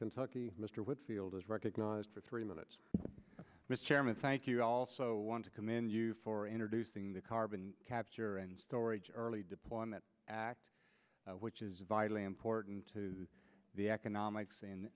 kentucky mr whitfield is recognized for three minutes mr chairman thank you i also want to commend you for introducing the carbon capture and storage early deployment act which is vitally important to the economics